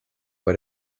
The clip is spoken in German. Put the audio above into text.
bei